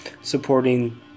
supporting